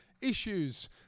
issues